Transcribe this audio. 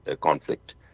conflict